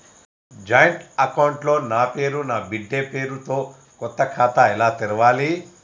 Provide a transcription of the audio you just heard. Joint account లో నా పేరు నా బిడ్డే పేరు తో కొత్త ఖాతా ఎలా తెరవాలి?